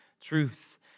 truth